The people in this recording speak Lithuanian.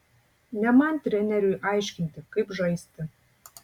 ne man treneriui aiškinti kaip žaisti